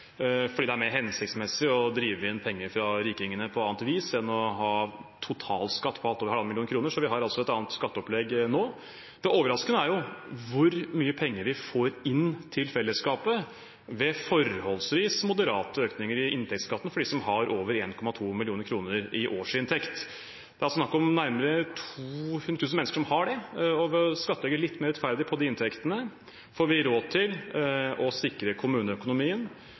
fordi det er mer hensiktsmessig å drive inn penger fra rikingene på annet vis enn å ha totalskatt på alt over halvannen million kroner – så vi har altså et annet skatteopplegg nå. Det overraskende er jo hvor mye penger vi får inn til fellesskapet ved forholdsvis moderate økninger i inntektsskatten for dem som har over 1,2 mill. kr i årsinntekt. Det er snakk om nærmere 200 000 mennesker som har det, og ved å skattlegge de inntektene litt mer rettferdig får vi råd til å sikre kommuneøkonomien,